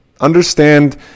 Understand